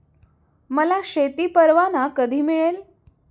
मला शेती परवाना कधी मिळेल?